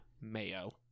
Mayo